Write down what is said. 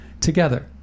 together